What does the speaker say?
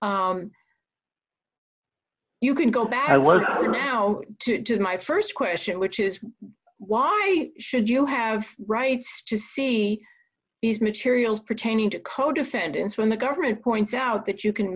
but you can go back i was now my st question which is why should you have rights to see these materials pertaining to co defendants when the government points out that you can